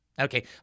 Okay